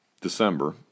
December